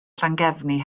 llangefni